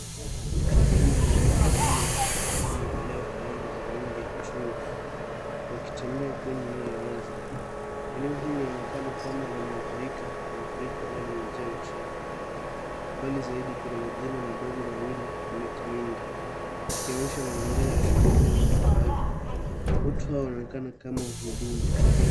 Kundi la watu wanne wakiwa wamevalia fulana za rangi ya chungwa wakitembea kwenye eneo la wazi. Eneo hili linaonekana kama limeathirika na mafuriko au limejaa uchafu . Mbali zaidi kuna majengo madogo mawili na miti mingi ikionyesha mazingira ya shule au makazi . Watu hawa wanaonekana kama wahudumu.